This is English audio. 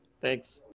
Thanks